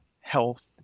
health